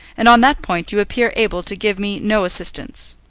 and on that point you appear able to give me no assistance.